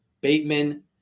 Bateman